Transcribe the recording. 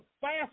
fast